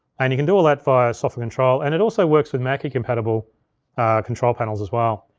and you can do all that via our software control, and it also works with mackie compatible control panels as well.